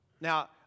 Now